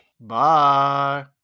Bye